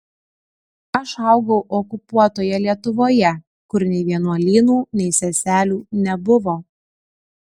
aš augau okupuotoje lietuvoje kur nei vienuolynų nei seselių nebuvo